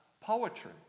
poetry